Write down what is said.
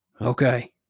Okay